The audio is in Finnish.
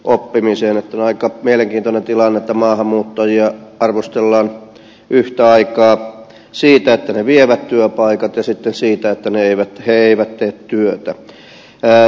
on aika mielenkiintoinen tilanne että maahanmuuttajia arvostellaan yhtä aikaa siitä että he vievät työpaikat ja sitten siitä että he eivät tee työtä